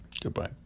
Goodbye